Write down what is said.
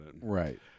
Right